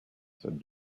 said